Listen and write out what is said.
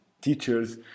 teachers